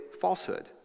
falsehood